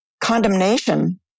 condemnation